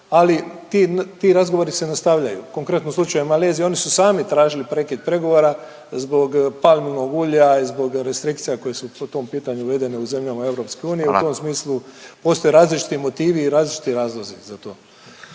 ali ti razgovori se nastavljaju. Konkretno u slučaju Malezije oni su sami tražili prekid pregovora zbog palminog ulja i zbog restrikcija koje su po tom pitanju uvedene u zemljama EU …/Upadica Radin: Hvala./… u tom smislu postoje različiti motivi i različiti razlozi za to.